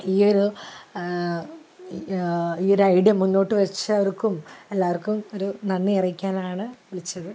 ഈയൊരു ഈയൊരു ഐഡിയ മുന്നോട്ട് വെച്ചവർക്കും എല്ലാവർക്കും ഒരു നന്ദി അറിയിക്കാനാണ് വിളിച്ചത്